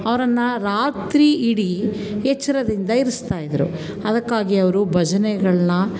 ಅವರನ್ನ ರಾತ್ರಿ ಇಡೀ ಎಚ್ಚರದಿಂದ ಇರಿಸ್ತಾ ಇದ್ದರು ಅದಕ್ಕಾಗಿ ಅವರು ಭಜನೆಗಳ್ನ